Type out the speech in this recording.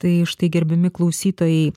tai štai gerbiami klausytojai